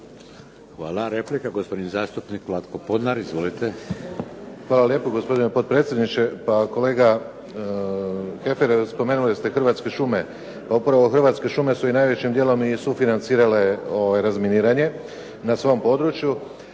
Hvala. Replika gospodin zastupnik Vlatko Podnar. Izvolite. **Podnar, Vlatko (SDP)** Hvala lijepo gospodine potpredsjedniče. Pa kolega Heffer spomenuli ste Hrvatske šume, pa upravo Hrvatske šume su i najvećim dijelom i sufinancirale razminiranje na svom području.